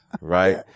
right